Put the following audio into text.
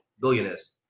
Billionaires